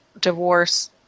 divorce